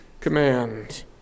command